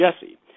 Jesse